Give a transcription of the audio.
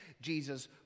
Jesus